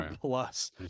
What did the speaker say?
plus